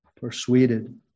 persuaded